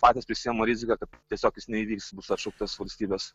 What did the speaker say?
patys prisiima riziką kad tiesiog jis neįvyks bus atšauktas valstybės